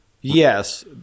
Yes